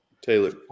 Taylor